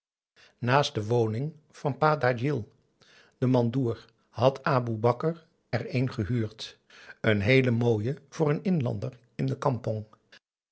naast de woning van pa djalil den mandoer had aboe bakar er een gehuurd n heele mooie voor een inlander in de kampong